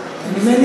בזה קודם.